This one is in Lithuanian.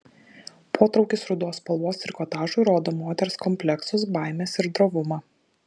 potraukis rudos spalvos trikotažui rodo moters kompleksus baimes ir drovumą